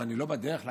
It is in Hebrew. אז אני לא בדרך ליעד?